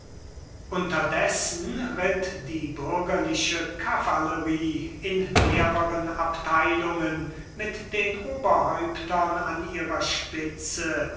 unterdessen ritt die bürgerliche kavallerie in mehreren abteilungen mit den oberhäuptern an ihrer spitze